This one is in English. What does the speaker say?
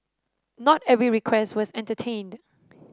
not every request was entertained